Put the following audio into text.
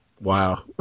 Wow